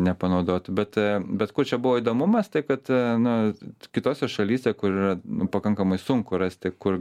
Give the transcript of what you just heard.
nepanaudotų bet bet kuo čia buvo įdomumas tai kad na kitose šalyse kur yra pakankamai sunku rasti kur